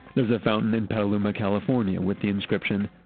there's a fountain in petaluma, california with the inscription,